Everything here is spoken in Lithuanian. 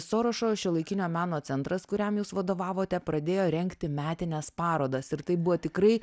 sorošo šiuolaikinio meno centras kuriam jūs vadovavote pradėjo rengti metines parodas ir taip buvo tikrai